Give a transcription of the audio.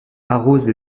arrose